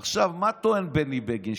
עכשיו, מה טוען בני בגין?